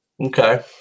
Okay